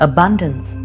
Abundance